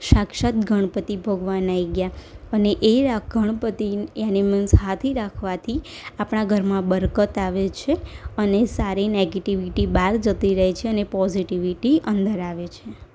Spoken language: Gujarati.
સાક્ષાત ગણપતિ ભગવાન આવી ગયા અને એ આ ગણપતિ એનીમલ્સ હાથી રાખવાથી આપણાં ઘરમાં બરકત આવે છે અને સારી નેગેટિવિટી બહાર જતી રહે છે અને પોઝિટીવીટી અંદર આવે છે